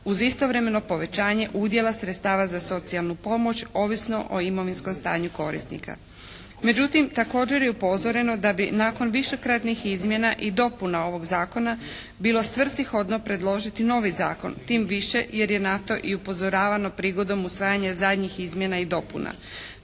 uz istovremeno povećanje udjela sredstava za socijalnu pomoć ovisno o imovinskom stanju korisnika. Međutim, također je upozoreno da bi nakon višekratnih izmjena i dopuna ovog zakona bilo svrsi shodno predložiti novi zakon. Tim više jer je na to i upozoravano prigodom usvajanja zadnjih izmjena i dopuna.